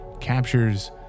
captures